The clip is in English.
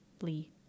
Lee